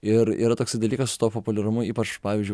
ir yra toksai dalykas su tuo populiarumu ypač pavyzdžiui